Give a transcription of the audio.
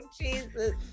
Jesus